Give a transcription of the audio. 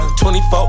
24